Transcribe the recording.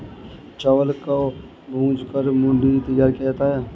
चावल को भूंज कर मूढ़ी तैयार किया जाता है